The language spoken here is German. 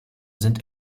sind